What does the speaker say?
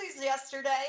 yesterday